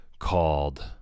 Called